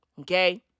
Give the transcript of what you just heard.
Okay